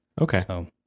Okay